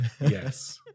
Yes